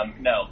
No